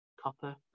Copper